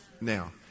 now